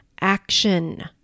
action